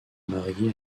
mariée